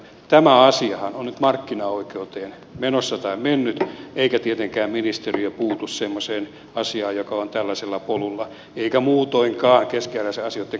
tämä asiahan on nyt markkinaoikeuteen menossa tai mennyt eikä tietenkään ministeriö puutu semmoiseen asiaan joka on tällaisella polulla eikä muutoinkaan keskeneräisten asioitten käsittelyyn